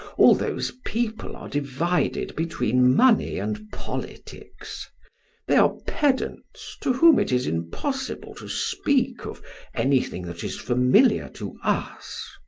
all those people are divided between money and politics they are pedants to whom it is impossible to speak of anything that is familiar to us.